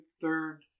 third